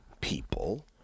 people